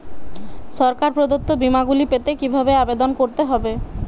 সরকার প্রদত্ত বিমা গুলি পেতে কিভাবে আবেদন করতে হবে?